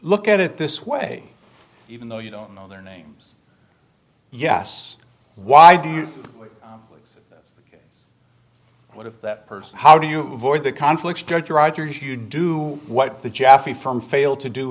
look at it this way even though you don't know their names yes why do you believe what if that person how do you avoid the conflicts judge rogers you do what the jaffee from failed to do